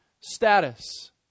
status